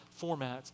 formats